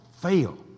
fail